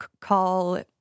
call